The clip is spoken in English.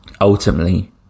ultimately